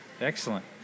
Excellent